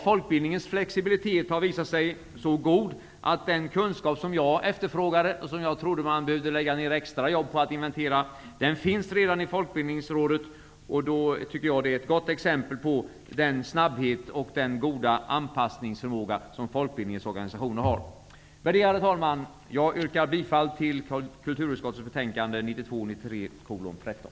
Folkbildningens flexibilitet har visat sig så god att den kunskap som jag efterfrågade, och som jag trodde att man behövde lägga ned extra jobb på att inventera, redan finns i Folkbildningsrådet. Det tycker jag är ett gott exempel på den snabbhet och den goda anpassningsförmåga som folkbildningsorganisationerna har. Värderade talman! Jag yrkar bifall till hemställan i kulturutskottets betänkande 1992/93:KrU13.